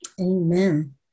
amen